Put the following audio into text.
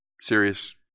serious